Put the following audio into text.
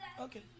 Okay